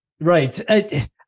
Right